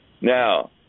Now